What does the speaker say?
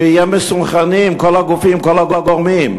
שיהיו מסונכרנים כל הגופים, כל הגורמים.